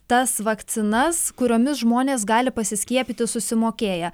tas vakcinas kuriomis žmonės gali pasiskiepyti susimokėję